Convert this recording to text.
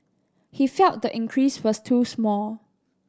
he felt the increase was too small